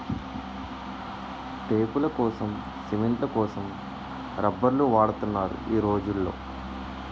టేపులకోసం, సిమెంట్ల కోసం రబ్బర్లు వాడుతున్నారు ఈ రోజుల్లో